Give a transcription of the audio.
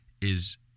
is-